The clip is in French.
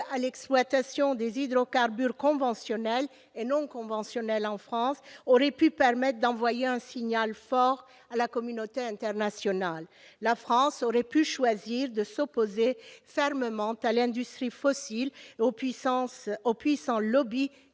à l'exploitation des hydrocarbures conventionnels et non conventionnels en France, aurait pu permettre d'envoyer un signal fort à la communauté internationale. La France aurait pu choisir de s'opposer fermement à l'industrie fossile et aux puissants du